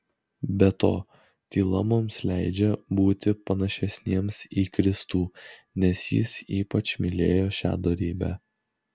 be to tyla mums leidžia būti panašesniems į kristų nes jis ypač mylėjo šią dorybę